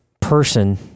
person